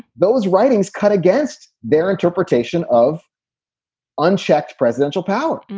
those writings cut against their interpretation of unchecked presidential power.